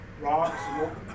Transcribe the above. rocks